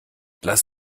lass